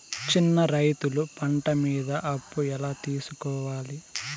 చిన్న రైతులు పంట మీద అప్పు ఎలా తీసుకోవాలి?